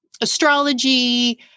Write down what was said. astrology